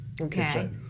Okay